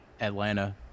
Atlanta